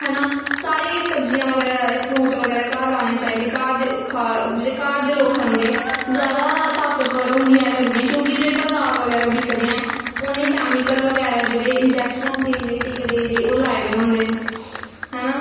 है ना सारी एह् सब्जियां बगैरा एह् फ्रूट बगैरा घर लाने चाहिदे घर दी खा जेह्ड़े घर दे लोक खंदे जैदा ताकतवर होंदियां लगदियां क्योंकि बजार बगैरा बिकदे ऐं उ'नेंगी कैमिकल बगैरा जेह्ड़े इंजैकशनां देई देई टीके देई देई ओह् लाए दे होंदे है ना